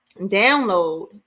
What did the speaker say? download